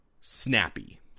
snappy